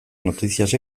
noticias